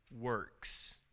works